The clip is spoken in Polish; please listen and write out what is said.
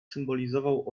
symbolizował